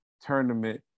tournament